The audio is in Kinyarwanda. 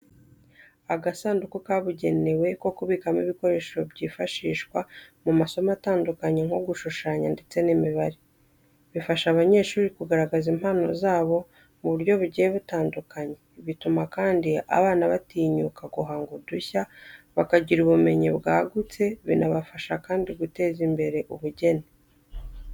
Agasanduku kabugenewe ko kubikamo ibikoresho byifashishwa mu masomo atandukanye nko gushushanya ndetse n'imibare. Bifasha abanyeshuri kugaragaza impano zabo mu buryo bugiye butandukanye, bituma kandi abana batinyuka guhanga udushya, bakagira ubumenyi bwagutse, binabafasha kandi guteza imbere ubugeni.